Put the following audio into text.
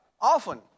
often